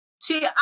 See